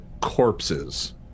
corpses